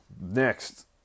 Next